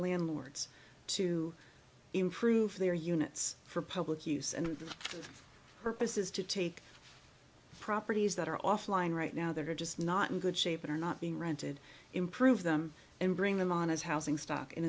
landlords to improve their units for public use and the purpose is to take properties that are offline right now that are just not in good shape that are not being rented improve them and bring them on as housing stock in